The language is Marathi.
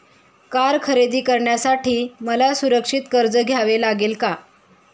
कार खरेदी करण्यासाठी मला सुरक्षित कर्ज घ्यावे लागेल का?